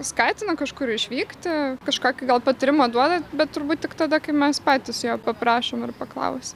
skatina kažkur išvykti kažkokį gal patarimą duoda bet turbūt tik tada kai mes patys jo paprašom ir paklausia